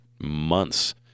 months